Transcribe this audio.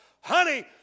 Honey